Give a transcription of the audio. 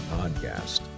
podcast